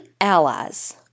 allies